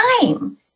time